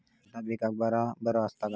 खता पिकाक बराबर आसत काय?